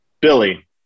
Billy